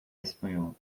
espanhol